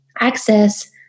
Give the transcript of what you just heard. access